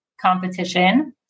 competition